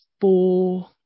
four